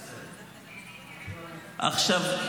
עכשיו,